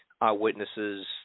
eyewitnesses